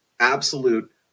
absolute